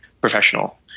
professional